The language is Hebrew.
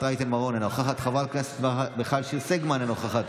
חבר הכנסת יבגני סובה, אינו נוכח,